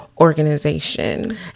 Organization